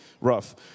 rough